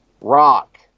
Rock